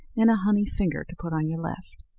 and a honey-finger to put on your left.